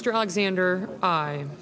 strong xander i